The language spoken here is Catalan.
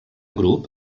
grup